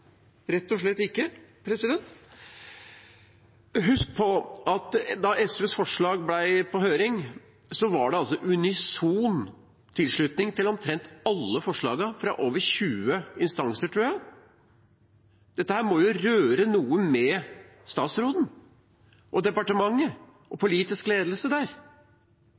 rett og slett ikke. Husk at da SVs forslag var på høring, var det unison tilslutning til omtrent alle forslagene fra – tror jeg – over 20 instanser. Dette må jo røre ved noe i statsråden og i departementet og den politiske ledelsen der.